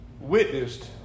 witnessed